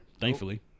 thankfully